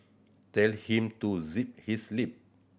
tell him to zip his lip